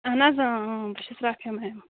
اَہَن حظ بہٕ چھَس رافِیا میم